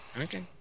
Okay